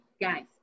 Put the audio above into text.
guys